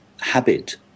habit